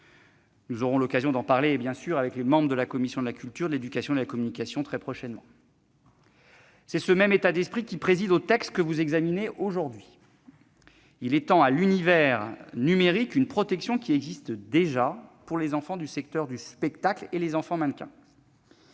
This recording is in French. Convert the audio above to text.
très bientôt l'occasion d'en parler avec les membres de la commission de la culture, de l'éducation et de la communication du Sénat. C'est ce même état d'esprit qui préside au texte que vous examinez aujourd'hui. Il étend à l'univers numérique une protection qui existe déjà pour les enfants du secteur du spectacle et les enfants mannequins.